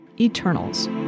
Eternals